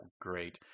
great